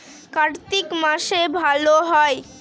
কার্তিক মাসে ভালো হয়?